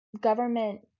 government